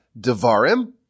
Devarim